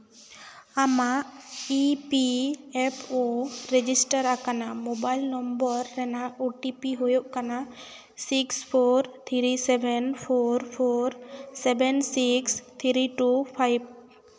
ᱟᱢᱟᱜ E P F O register ᱟᱠᱟᱱᱟ mobile number ᱨᱮᱱᱟᱜ ᱳᱴᱤᱯᱤ ᱦᱩᱭᱩᱜ ᱠᱟᱱᱟ six four three seven four four seven six three two five